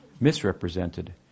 misrepresented